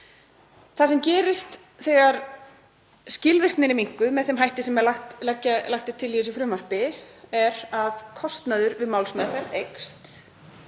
Það sem gerist þegar skilvirknin er minnkuð með þeim hætti sem er lagt til í þessu frumvarpi er að kostnaður við málsmeðferð eykst.